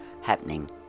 happening